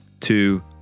two